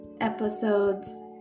episodes